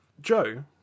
Joe